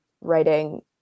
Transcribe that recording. writing